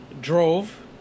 Drove